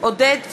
עודד פורר,